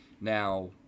Now